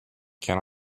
can